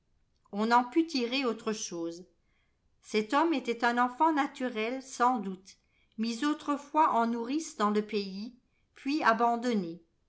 on n'en put tirer autre chose cet homme était un enfant naturel sans doute mis autrefois en nourrice dans le pays puis abandonné